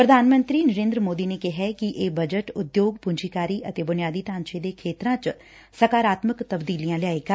ਪ੍ਰਧਾਨ ਮੰਤਰੀ ਨਰੇਂਦਰ ਮੋਦੀ ਨੇ ਕਿਹੈ ਕਿ ਇਹ ਬਜਟ ਉਦਯੋਗ ਪੁੰਜੀਕਾਰੀ ਅਤੇ ਬੁਨਿਆਦੀ ਢਾਂਚੇ ਦੇ ਖੇਤਰਾਂ ਚ ਸਕਾਰਾਤਮਕ ਤਬਦੀਲੀਆਂ ਲਿਆਏਗਾ